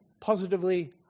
positively